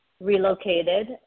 Relocated